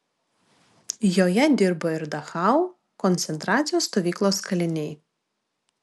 joje dirbo ir dachau koncentracijos stovyklos kaliniai